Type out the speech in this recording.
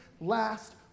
last